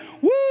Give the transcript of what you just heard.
Woo